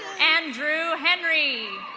andrew henry.